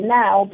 now